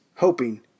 hoping